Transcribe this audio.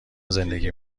زندگی